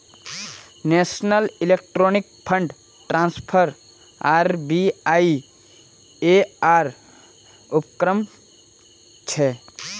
national Electronic Fund Transfer RBI ऐर उपक्रम छेक